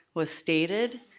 was stated.